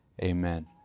Amen